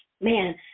man